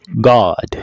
God